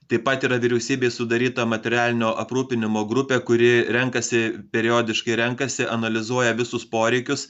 taip pat yra vyriausybės sudaryta materialinio aprūpinimo grupė kuri renkasi periodiškai renkasi analizuoja visus poreikius